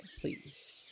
please